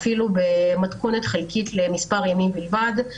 אפילו במתכונת חלקית למספר ימים בלבד,